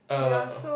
err